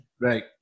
Right